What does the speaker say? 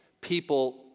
people